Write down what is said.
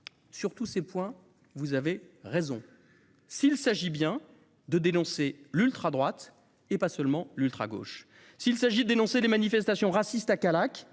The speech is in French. de ces points, vous avez raison s'il s'agit bien de dénoncer l'ultradroite et pas uniquement l'ultragauche, s'il s'agit de dénoncer les manifestations racistes à Callac